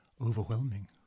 Overwhelming